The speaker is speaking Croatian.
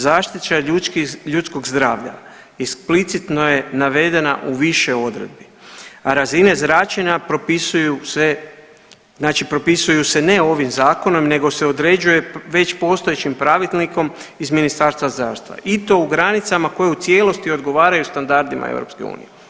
Zaštita ljudskog zdravlja eksplicitno je navedena u više odredbi, a razine zračenja propisuju se, znači propisuju se ne ovim zakonom nego se određuje već postojećim pravilnikom iz Ministarstva zdravstva i to u granicama koje u cijelosti odgovaraju standardima EU.